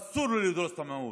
אסור לו לדרוס את המיעוט.